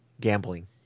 Gambling